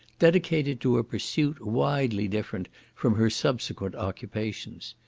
dedicated to a pursuit widely different from her subsequent occupations.